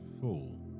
Full